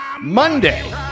Monday